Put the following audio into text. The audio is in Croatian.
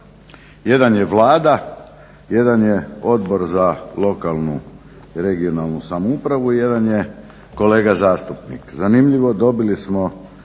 Jedan je Vlada, jedan je Odbor za lokalnu i regionalnu samoupravu i jedan je kolega zastupnik. Zanimljivo, dobili smo